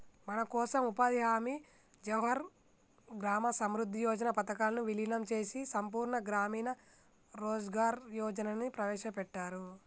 మనకోసం ఉపాధి హామీ జవహర్ గ్రామ సమృద్ధి యోజన పథకాలను వీలినం చేసి సంపూర్ణ గ్రామీణ రోజ్గార్ యోజనని ప్రవేశపెట్టారు